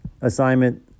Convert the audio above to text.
assignment